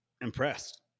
impressed